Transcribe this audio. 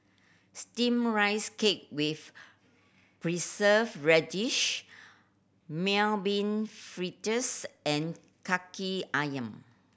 steam rice cake with Preserved Radish Mung Bean Fritters and Kaki Ayam